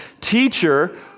teacher